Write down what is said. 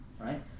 Right